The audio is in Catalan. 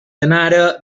anara